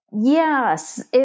Yes